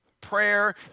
prayer